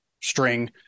string